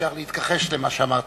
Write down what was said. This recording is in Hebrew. אי-אפשר להתכחש למה שאמרת.